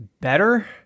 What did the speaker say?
better